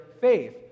faith